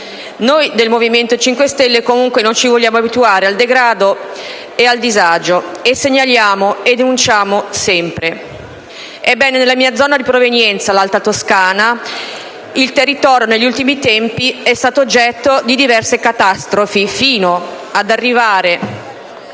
Noi del Movimento 5 Stelle, comunque, non ci vogliamo abituare al degrado e al disagio, e segnaliamo e denunciamo sempre. Ebbene, nella mia zona di provenienza, l'alta Toscana, il territorio negli ultimi tempi è stato oggetto di diverse catastrofi, fino ad arrivare